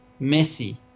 Messi